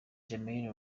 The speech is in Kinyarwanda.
jermaine